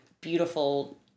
beautiful